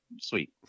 sweet